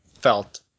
felt